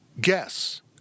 guess